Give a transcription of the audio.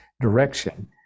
direction